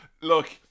Look